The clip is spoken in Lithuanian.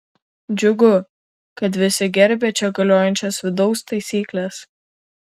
džiugu kad visi gerbia čia galiojančias vidaus taisykles